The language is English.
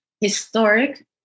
historic